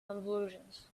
convulsions